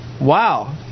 Wow